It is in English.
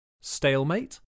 Stalemate